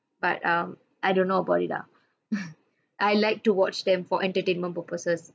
but um I don't know about it lah I like to watch them for entertainment purposes